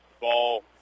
ball